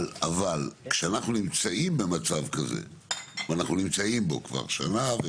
אבל כשאנחנו נמצאים במצב כזה ואנחנו נמצאים בו כבר שנה,